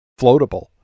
floatable